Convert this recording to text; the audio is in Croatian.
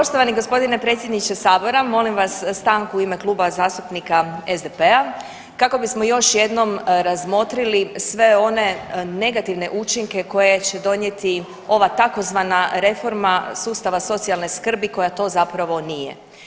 Poštovani g. predsjedniče sabora, molim vas stanku u ime Kluba zastupnika SDP-a kako bismo još jednom razmotrili sve one negativne učinke koje će donijeti ova tzv. reforma sustava socijalne skrbi koja to zapravo nije.